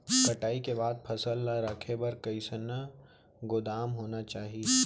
कटाई के बाद फसल ला रखे बर कईसन गोदाम होना चाही?